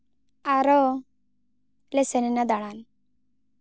ᱟᱨᱚ ᱞᱮ ᱥᱮᱱ ᱮᱱᱟ ᱫᱟᱬᱟᱱ